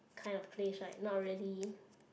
kind of place right not really